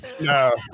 No